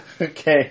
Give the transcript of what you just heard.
Okay